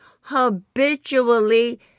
habitually